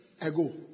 ago